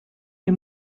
les